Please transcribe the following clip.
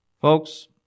Folks